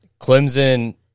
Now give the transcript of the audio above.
Clemson